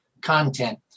content